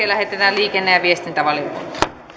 lähetetään liikenne ja viestintävaliokuntaan